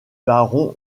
baron